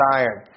iron